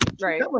Right